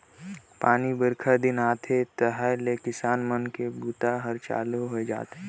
पानी बाईरखा दिन आथे तहाँले किसान मन के बूता हर चालू होए जाथे